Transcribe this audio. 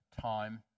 time